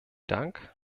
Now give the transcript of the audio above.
dank